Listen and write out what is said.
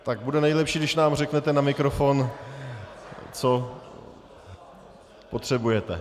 Tak bude nejlepší, když nám řeknete na mikrofon, co potřebujete.